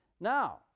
Now